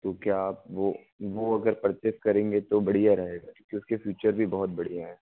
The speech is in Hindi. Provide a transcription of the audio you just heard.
तो क्या आप वो वो अगर परचेज करेंगे तो बढ़िया रहेगा क्योंकि उसके फ्यूचर भी बहुत बढ़िया हैं